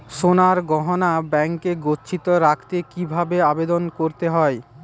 সোনার গহনা ব্যাংকে গচ্ছিত রাখতে কি ভাবে আবেদন করতে হয়?